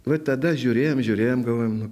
va tada žiūrėjom žiūrėjom galvojom nu